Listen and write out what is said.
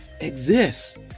exists